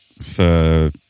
for-